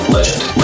Legend